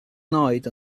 night